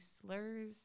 slurs